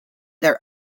their